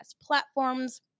platforms